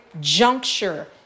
juncture